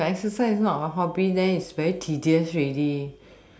if exercise not a hobby then it's very tedious already